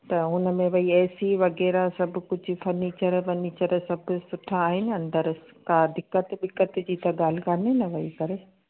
त हुनमें भाई एसी वग़ैरह सभु कुझु फर्नीचर वर्नीचर सभु सुठा आहिनि अंदरि का दिक़तु विकत जी त ॻाल्हि कोन्हे न वेही करे